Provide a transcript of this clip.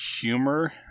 humor